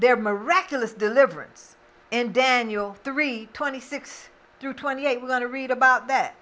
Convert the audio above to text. their miraculous deliverance and daniel three twenty six through twenty eight were going to read about that